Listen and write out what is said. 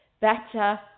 better